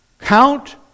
Count